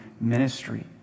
ministry